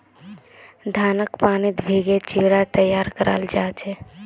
धानक पानीत भिगे चिवड़ा तैयार कराल जा छे